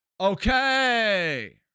Okay